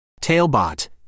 Tailbot